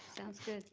sounds good.